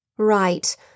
Right